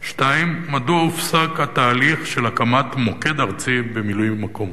2. מדוע הופסק תהליך הקמת המוקד הארצי למילוי מקום?